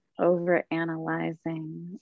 overanalyzing